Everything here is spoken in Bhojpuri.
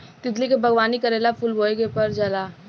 तितली के बागवानी करेला फूल बोए के पर जाला